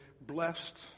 blessed